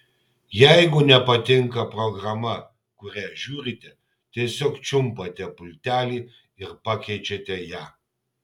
jeigu nepatinka programa kurią žiūrite tiesiog čiumpate pultelį ir pakeičiate ją